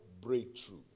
breakthrough